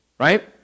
Right